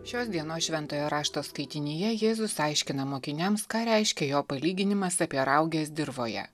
šios dienos šventojo rašto skaitinyje jėzus aiškina mokiniams ką reiškia jo palyginimas apie rauges dirvoje